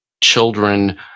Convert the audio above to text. children